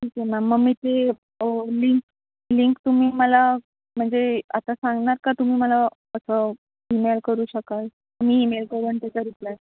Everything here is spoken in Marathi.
ठीक आहे मॅम मग मी ते लिंक लिंक तुम्ही मला म्हणजे आता सांगणार का तुम्ही मला असं ईमेल करू शकाल मी ईमेल करून त्याचा रिप्लाय